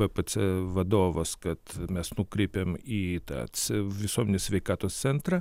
bpc vadovas kad mes nukreipiam į tą visuomenės sveikatos centrą